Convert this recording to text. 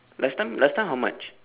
last time last time how much